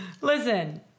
Listen